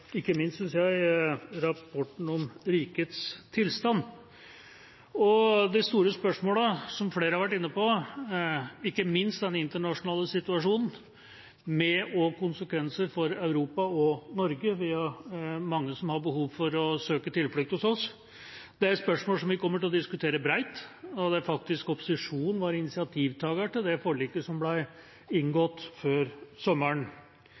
ikke minst, synes jeg, rapporten om rikets tilstand – og de store spørsmålene, som flere har vært inne på, ikke minst den internasjonale situasjonen, med konsekvenser også for Europa og Norge. Det er mange som har behov for å søke tilflukt hos oss. Det er et spørsmål som vi kommer til å diskutere bredt, og der faktisk opposisjonen var initiativtaker til det forliket som ble inngått før sommeren.